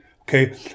okay